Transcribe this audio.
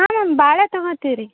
ಹಾಂ ಮ್ಯಾಮ್ ಭಾಳ ತಗೊಳ್ತೀವಿ ರೀ